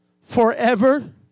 forever